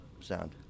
sound